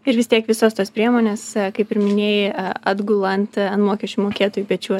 ir vis tiek visos tos priemonės kaip ir minėjai atgula ant mokesčių mokėtojų pečių